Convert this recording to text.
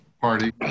party